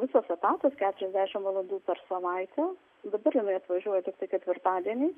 visas etatas keturiasdešim valandų per savaitę dabar jinai atvažiuoja tiktai ketvirtadieniais